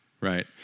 right